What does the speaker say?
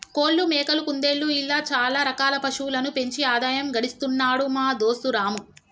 కోళ్లు మేకలు కుందేళ్లు ఇలా చాల రకాల పశువులను పెంచి ఆదాయం గడిస్తున్నాడు మా దోస్తు రాము